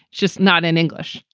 just not in english.